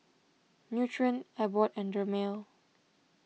Nutren Abbott and Dermale